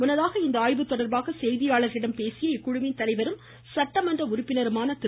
முன்னதாக இந்த ஆய்வு தொடர்பாக செய்தியாளர்களிடம் இக்குழுவின் தலைவரும் சட்டமன்ற உறுப்பினருமான திரு